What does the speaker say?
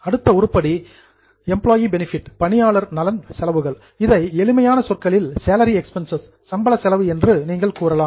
அடுத்த உருப்படி employee benefit பணியாளர் நலன் செலவுகள் இதை எளிமையான சொற்களில் சேலரி எக்ஸ்பென்ஸ் சம்பள செலவு என்று நீங்கள் கூறலாம்